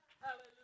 Hallelujah